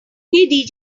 play